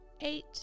eight